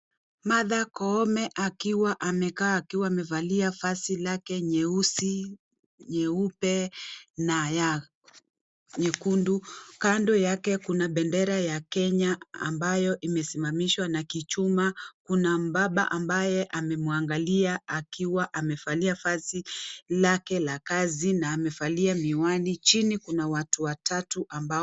Martha Koome akiwa amekaa akiwa amevalia vazi lake nyeusi nyeupe na ya nyekundu , kando yake kuna bendera ya Kenya ambayo imesimamishwa na kichuma kuna mbaba ambaye amemwangalia akiwa amevalia vazi lake la kazi na amevalia miwani , chini kuna watu watatu ambao